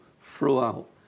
throughout